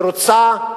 שרוצה,